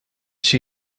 she